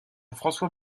françois